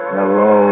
Hello